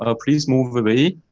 ah please move away.